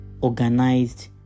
organized